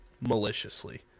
maliciously